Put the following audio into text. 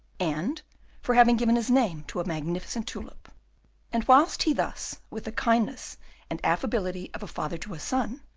and for having given his name to a magnificent tulip and whilst he thus, with the kindness and affability of a father to a son,